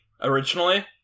originally